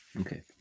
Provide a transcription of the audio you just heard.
Okay